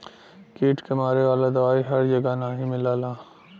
कीट के मारे वाला दवाई हर जगह नाही मिलला